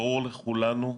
ברור לכולנו,